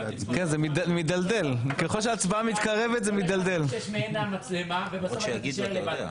-- כול אחד חושש מעין המצלמה ובסוף תישאר פה לבד.